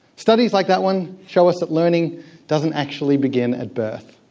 studies like that one show us that learning doesn't actually begin at birth,